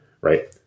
right